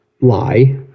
Lie